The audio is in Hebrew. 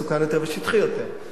מסוכן יותר ושטחי יותר.